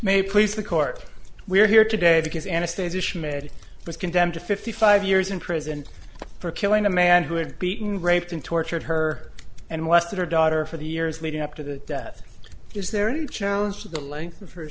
may please the court we are here today because anastasia schmidt was condemned to fifty five years in prison for killing a man who had beaten raped and tortured her and west of her daughter for the years leading up to the death is there any challenge to the length of her